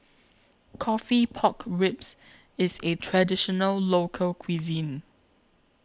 Coffee Pork Ribs IS A Traditional Local Cuisine